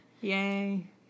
Yay